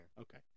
okay